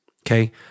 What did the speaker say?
Okay